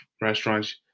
restaurants